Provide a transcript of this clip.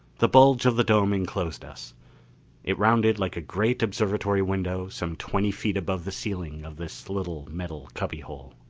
the bulge of the dome enclosed us it rounded like a great observatory window some twenty feet above the ceiling of this little metal cubbyhole.